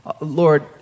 Lord